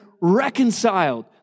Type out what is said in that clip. reconciled